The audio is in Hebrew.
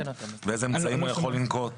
הוא בחן ואיזה אמצעים הוא יכול לנקוט,